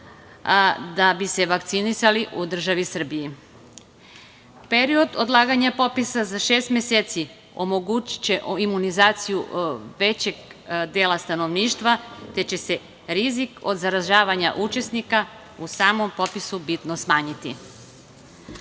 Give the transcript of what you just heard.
da bi se vakcinisali u državi Srbiji. Period odlaganja popisa za šest meseci omogući će imunizaciju većeg dela stanovništva te će se rizik od zaražavanja učesnika u samom popisu bitno smanjiti.